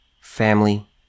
family